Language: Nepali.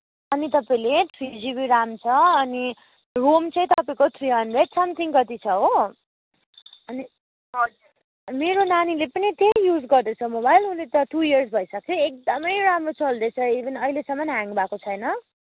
अनि तपाईँले थ्री जिबी रेम छ अनि रोम चाहिँ तपाईँको थ्री हन्ड्रेड समथिङ कति छ हो अनि मेरो नानीले पनि त्यही युज गर्दैछ मोबाइल उसले त टु इयर्स भइसक्यो एकदमै राम्रो चल्दैछ इभेन अहिलेसम्म ह्याङ भएको छैन